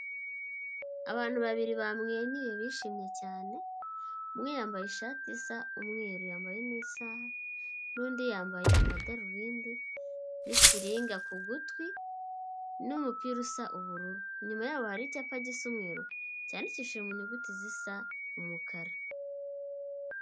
Abantu babiri bamwenyuye bishimye cyane, umwe yambaye ishati isa umweru yambaye n'isaha, n'undi yambaye amadarubindi n'ikiringa k'ugutwi n'umupira usa ubururu, inyuma yabo hari icyapa gisa umweru cyandikishije mu nyuguti zisa umukara.